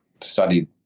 studied